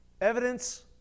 evidence